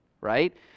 right